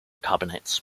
carbonates